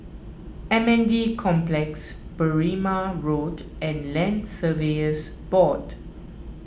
M N D Complex Berrima Road and Land Surveyors Board